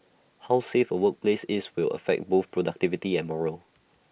how safe A workplace is will affect both productivity and morale